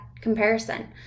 comparison